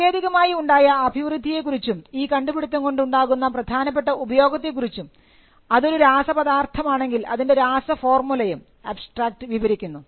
സാങ്കേതികമായി ഉണ്ടായ അഭിവൃദ്ധിയെ കുറിച്ചും ഈ കണ്ടുപിടുത്തം കൊണ്ട് ഉണ്ടാകുന്ന പ്രധാനപ്പെട്ട ഉപയോഗത്തെക്കുറിച്ചും അതൊരു രാസപദാർത്ഥം ആണെങ്കിൽ അതിൻറെ രാസ ഫോർമുലയും അബ്സ്ട്രാക്റ്റ് വിവരിക്കുന്നു